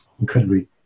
incredibly